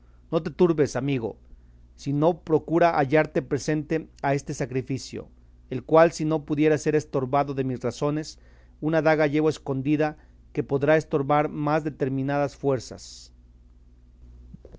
no te turbes amigo sino procura hallarte presente a este sacrificio el cual si no pudiere ser estorbado de mis razones una daga llevo escondida que podrá estorbar más determinadas fuerzas